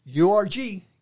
URG